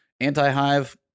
Anti-Hive